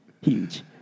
Huge